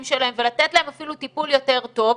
שלהם ולתת להם אפילו טיפול יותר טוב,